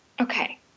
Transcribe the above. Okay